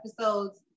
episodes